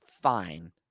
fine